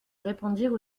répandirent